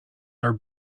are